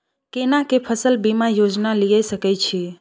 केना के फसल बीमा योजना लीए सके छी?